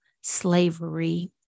slavery